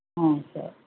ம் சரி